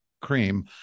cream